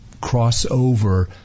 crossover